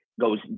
goes